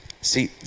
See